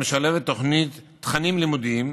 המשלבת תכנים לימודיים,